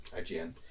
IGN